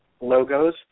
logos